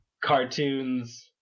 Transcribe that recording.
cartoons